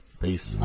Peace